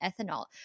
ethanol